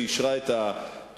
שאישרה את התוכנית,